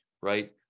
right